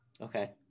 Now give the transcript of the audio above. Okay